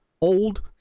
old